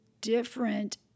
different